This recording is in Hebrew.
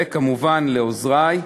וכמובן לעוזרי,